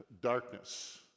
darkness